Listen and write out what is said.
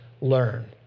learn